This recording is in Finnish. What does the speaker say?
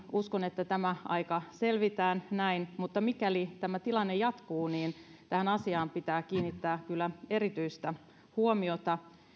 uskon että tämä aika selvitään näin mutta mikäli tämä tilanne jatkuu niin tähän asiaan pitää kiinnittää kyllä erityistä huomiota